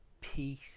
peace